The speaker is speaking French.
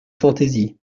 fantaisie